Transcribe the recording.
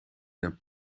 een